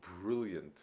brilliant